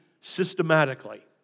systematically